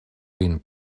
vin